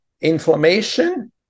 inflammation